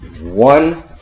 One